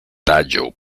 tallo